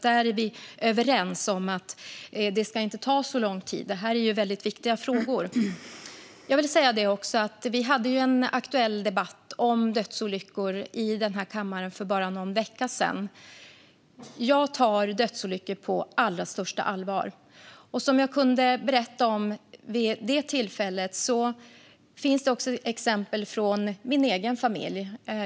Där är vi överens om att det inte ska ta så lång tid. Det här är ju väldigt viktiga frågor. För bara någon vecka sedan hade vi i denna kammare en aktuell debatt om dödsolyckor. Jag tar dödsolyckor på allra största allvar. Som jag kunde berätta vid det tillfället finns det också exempel från min egen familj.